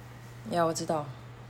ya 我知道